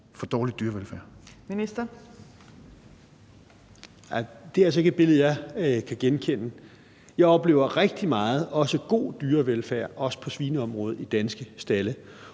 fiskeri (Rasmus Prehn): Det er altså ikke et billede, jeg kan genkende. Jeg oplever rigtig meget god dyrevelfærd, også på svineområdet, i danske stalde,